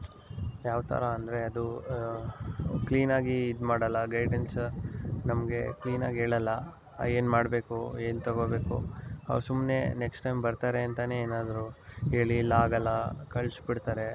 ಯಾವ ಥರ ಅಂದರೆ ಅದು ಕ್ಲೀನಾಗಿ ಇದು ಮಾಡಲ್ಲ ಗೈಡೆನ್ಸ್ ನಮಗೆ ಕ್ಲೀನಾಗಿ ಹೇಳಲ್ಲ ಏನು ಮಾಡಬೇಕು ಏನು ತಗೋಬೇಕು ಅವ್ರು ಸುಮ್ಮನೆ ನೆಕ್ಸ್ಟ್ ಟೈಮ್ ಬರ್ತಾರೆ ಅಂತಲೇ ಏನಾದರೂ ಹೇಳಿ ಇಲ್ಲಿ ಆಗಲ್ಲ ಕಳಿಸಿಬಿಡ್ತಾರೆ